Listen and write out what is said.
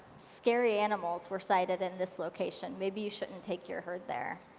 scary animals were sighted in this location, maybe you shouldn't take your herd there.